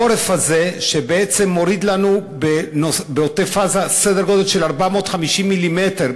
החורף הזה שמוריד לנו בעוטף-עזה סדר גודל של בין 400 ל-450 מ"מ,